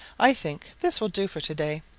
i think this will do for to-day.